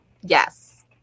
Yes